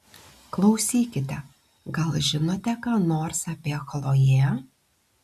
klausykite gal žinote ką nors apie chloję